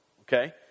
Okay